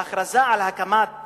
ההכרזה על הקמת